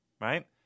right